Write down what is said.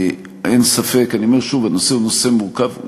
אין ספק, אני אומר שוב: הנושא הוא נושא מורכב.